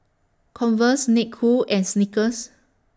Converse Snek Ku and Snickers